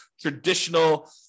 traditional